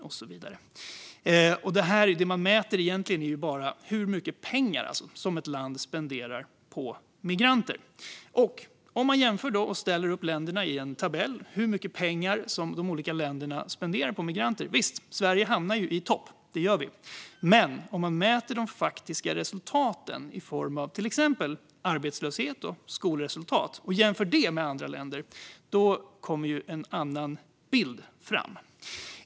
Det som mäts är alltså egentligen bara hur mycket pengar ett land spenderar på migranter. Om man ställer upp en tabell och jämför hur mycket pengar de olika länderna spenderar på migranter hamnar Sverige i topp - visst. Men om man mäter de faktiska resultaten i form av till exempel arbetslöshet och skolresultat och jämför de siffrorna med andra länder kommer en annan bild fram.